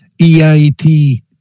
EIT